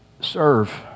Serve